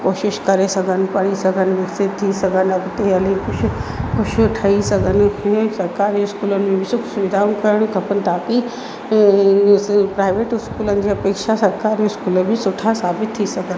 कोशिशि करे सघनि पढ़ी सघनि विकसित थी सघनि अॻिते हली कुझु कुझु ठही सघनि हीअं सरकारी स्कूलनि में सुखु सुविधाऊं करिणी खपनि ताक़ी इहो प्राइवेट स्कूलनि जा पेशा सरकारी स्कूल बि सुठा साबित थी सघनि